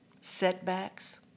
setbacks